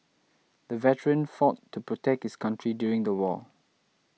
the veteran fought to protect his country during the war